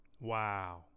Wow